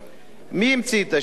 מי המציא את השיטה הזאת?